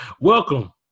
Welcome